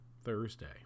Thursday